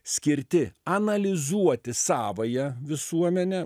skirti analizuoti savąją visuomenę